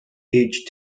age